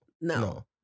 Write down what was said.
No